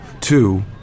Two